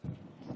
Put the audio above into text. לבנון,